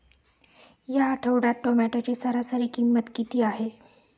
या आठवड्यात टोमॅटोची सरासरी किंमत किती आहे?